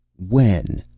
when?